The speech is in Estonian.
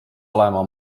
olema